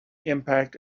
impact